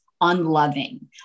unloving